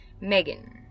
Megan